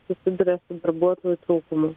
susiduria su darbuotojų trūkumu